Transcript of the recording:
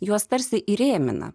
juos tarsi įrėmina